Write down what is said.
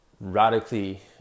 radically